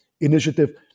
Initiative